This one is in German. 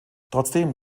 trotzdem